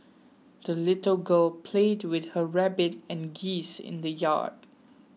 the little girl played with her rabbit and geese in the yard